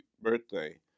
birthday